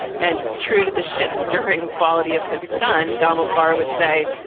and true to the ship's stern quality of his son, donald barr would say,